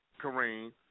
Kareem